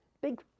big